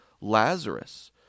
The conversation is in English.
Lazarus